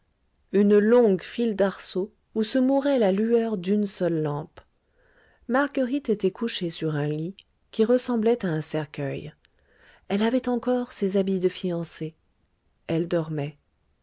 une longue file d'arceaux où se mourait la lueur d'une seule lampe marguerite était couchée sur un lit qui ressemblait à un cercueil elle avait encore ses habits de fiancée elle dormait